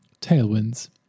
Tailwinds